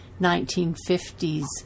1950s